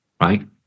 right